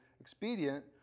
expedient